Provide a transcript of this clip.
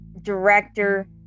director